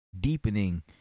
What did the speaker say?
deepening